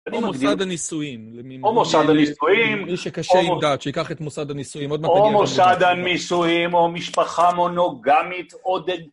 או מוסד הנישואים, או מוסד הנישואים, או מוסד הנישואים או משפחה מונוגמית